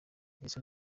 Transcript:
yesu